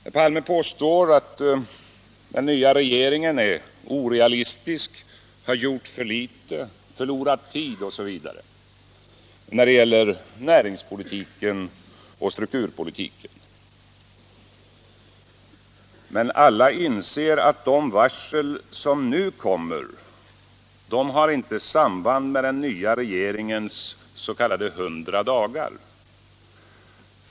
Herr Palme påstår att den nya regeringen är orealistisk, har gjort för litet, förlorat tid osv. när det gäller näringspolitiken och strukturpolitiken. Men alla inser att ansvaret för de varsel som nu kommer inte kan läggas på den nya regeringen under dess första 100 dagar.